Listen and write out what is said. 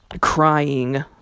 crying